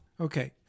Okay